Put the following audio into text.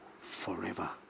forever